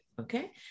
okay